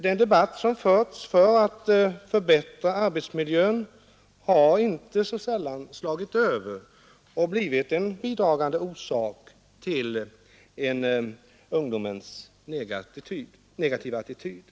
Den debatt som förts för att förbättra arbetsmiljön har inte så sällan slagit över och blivit en bidragande orsak till ungdomens negativa attityd.